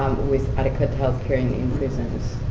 with adequate health care in prisons.